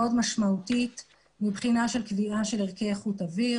משמעותית מבחינה של קביעה של ערכי איכות אוויר.